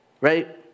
right